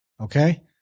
okay